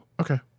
okay